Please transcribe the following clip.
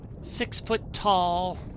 six-foot-tall